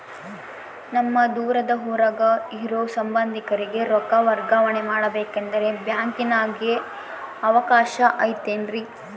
ನಮ್ಮ ದೂರದ ಊರಾಗ ಇರೋ ಸಂಬಂಧಿಕರಿಗೆ ರೊಕ್ಕ ವರ್ಗಾವಣೆ ಮಾಡಬೇಕೆಂದರೆ ಬ್ಯಾಂಕಿನಾಗೆ ಅವಕಾಶ ಐತೇನ್ರಿ?